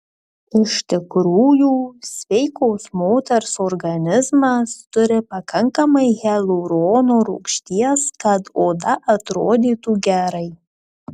iš tikrųjų sveikos moters organizmas turi pakankamai hialurono rūgšties kad oda atrodytų gerai